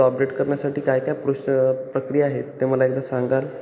तो अपडेट करण्यासाठी काय काय प्रोष प्र प्रक्रिया आहेत ते मला एकदा सांगाल